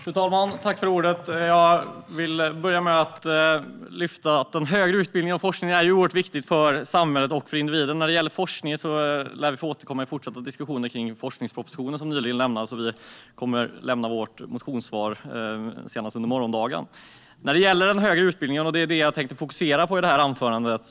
Fru talman! Jag vill börja med att lyfta den högre utbildningen och forskningen som är oerhört viktig för samhället och för individerna. Vi lär få återkomma till diskussionen om forskning med tanke på forskningspropositionen som nyligen har avlämnats, och vi kommer att lämna vårt motionssvar senast under morgondagen. Jag tänkte fokusera på den högre utbildningen i det här anförandet.